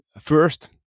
first